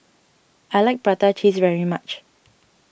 I like Prata Cheese very much